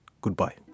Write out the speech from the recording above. Goodbye